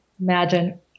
imagine